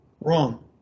Wrong